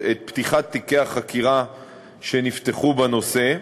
את מספר תיקי החקירה שנפתחו בנושא.